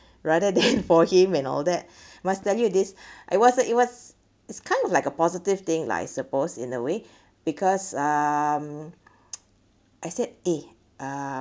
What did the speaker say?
rather than for him and all that must tell you this I wasn't it was it's kind of like a positive thing lah I suppose in a way because um I said eh uh